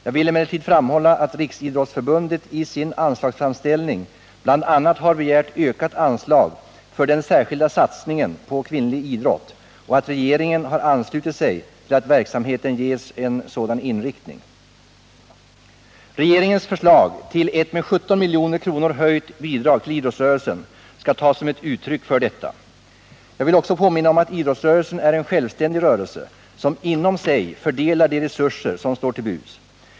Jag vill emellertid framhålla att Riksidrottsförbundet i sin anslagsframställning bl.a. har begärt ökat anslag för den särskilda satsningen på kvinnlig idrott och att regeringen har anslutit sig till att verksamheten ges en sådan inriktning. Regeringens förslag till ett med 17 milj.kr. höjt bidrag till idrottsrörelsen skall tas som ett uttryck för detta. Jag vill också påminna om att idrottsrörelsen är en självständig rörelse som inom sig fördelar de resurser som står till buds.